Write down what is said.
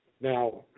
Now